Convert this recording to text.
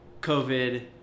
COVID